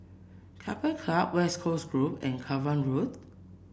Keppel Club West Coast Grove and Cavan Road